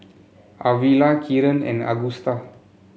Arvilla Kieran and Agusta